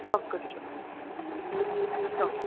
ચોક્કસ ચોક્કસ ચોક્કસ